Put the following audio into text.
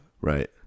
Right